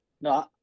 No